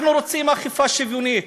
אנחנו רוצים אכיפה שוויונית,